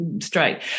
straight